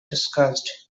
discussed